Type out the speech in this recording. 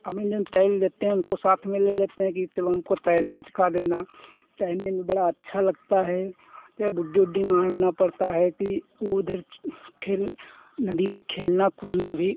अब मैं तैर लेता हूँ उनको साथ में ले लेते हैं कि चलो उनको तैरना सिखा देना तैरने में बड़ा अच्छा लगता है यह बुड्डी उड्डी मारना पड़ता है कि वह उधर खेल नदी में खेलना कूदना भी